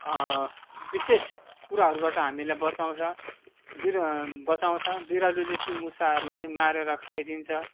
विशेष कुराहरूबाट हामीलाई बचाउँछ बिरह बचाउँछ बिरालोले ती मुसाहरूलाई मारेर खाइदिन्छ